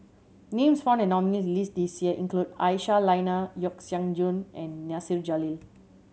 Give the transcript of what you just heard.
names found in nominees' list this year include Aisyah Lyana Yeo Siak Goon and Nasir Jalil